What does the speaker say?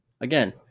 Again